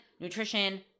nutrition